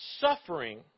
suffering